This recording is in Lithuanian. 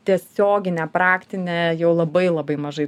tiesioginę praktinę jau labai labai mažai